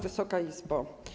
Wysoka Izbo!